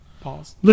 Pause